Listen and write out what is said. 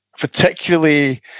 particularly